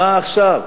מה עכשיו?